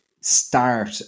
start